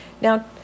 Now